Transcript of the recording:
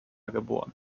geboren